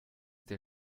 der